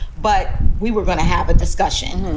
but we were going to have a discussion.